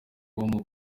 bubaho